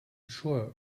sure